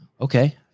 Okay